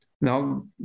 now